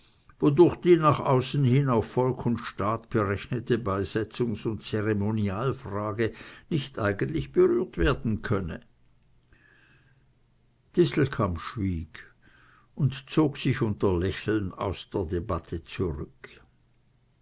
wodurch die nach außen hin auf volk und staat berechnete beisetzungs und zeremonialfrage nicht eigentlich berührt werden könne distelkamp schwieg und zog sich unter lächeln aus der debatte zurück